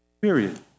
period